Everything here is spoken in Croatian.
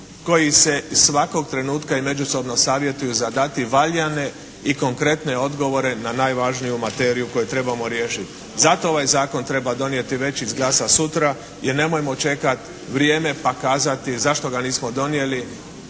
koji se svakog trenutka i međusobno savjetuju za dati valjane i konkretne odgovore na najvažniju materiju koju trebamo riješiti. Zato ovaj zakon treba donijeti, već izglasat sutra, jer nemojmo čekat vrijeme pa kazati zašto ga nismo donijeli